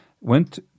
Went